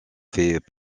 faits